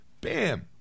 bam